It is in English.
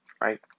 right